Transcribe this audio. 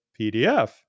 PDF